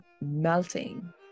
melting